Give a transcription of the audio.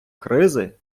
кризи